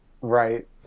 Right